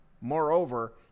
moreover